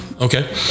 okay